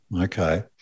okay